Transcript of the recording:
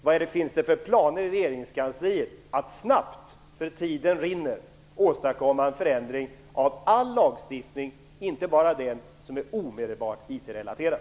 Vilka planer har man i regeringskansliet för att snabbt - tiden rinner i väg - åstadkomma en förändring av all lagstiftning, inte bara den som är omedelbart IT-relaterad?